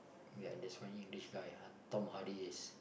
ya there's one English guy uh Tom-Hardy is